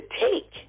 take